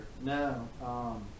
No